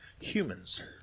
humans